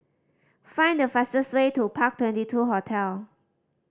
find the fastest way to Park Twenty two Hotel